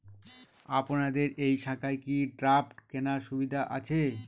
আপনাদের এই শাখায় কি ড্রাফট কেনার সুবিধা আছে?